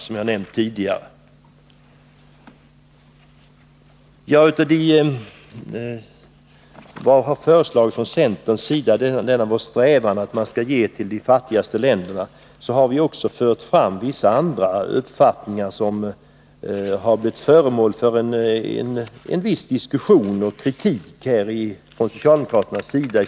Vi har från centerns sida i vår strävan att man skall ge till de fattigaste länderna också fört fram vissa uppfattningar, som har blivit föremål för en del diskussion och kritik, i synnerhet från socialdemokraternas sida.